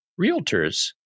realtors